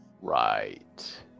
right